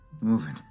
moving